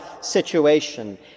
situation